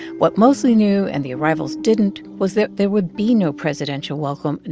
what moseley knew and the arrivals didn't was that there would be no presidential welcome, and